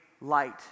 light